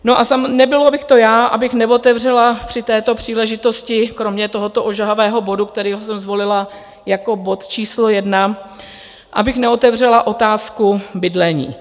No a nebyla bych to já, abych neotevřela při této příležitosti kromě tohoto ožehavého bodu, který jsem zvolila jako bod číslo jedna, abych neotevřela otázku bydlení.